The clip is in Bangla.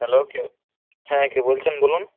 হ্যালো কে হ্যাঁ কে বলছেন বলুন